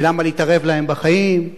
ולמה להתערב להם בחיים?